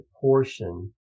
portion